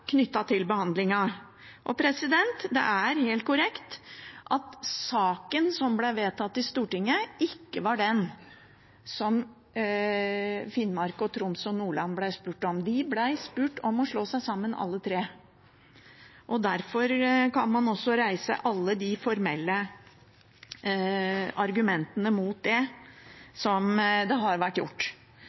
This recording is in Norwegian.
til behandlingen. Og det er helt korrekt at saken som ble vedtatt i Stortinget, ikke var den som Finnmark, Troms og Nordland ble spurt om. De ble spurt om å slå seg sammen alle tre. Derfor kan man også reise alle de formelle argumentene mot det, som det har vært gjort.